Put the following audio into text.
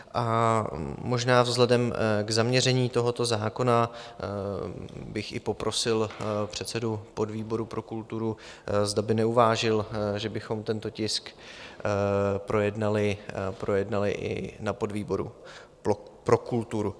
A možná vzhledem k zaměření tohoto zákona bych i poprosil předsedu podvýboru pro kulturu, zda by neuvážil, že bychom tento tisk projednali i na podvýboru pro kulturu.